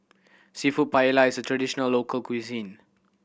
Seafood Paella is a traditional local cuisine